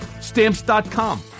Stamps.com